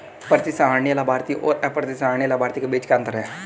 प्रतिसंहरणीय लाभार्थी और अप्रतिसंहरणीय लाभार्थी के बीच क्या अंतर है?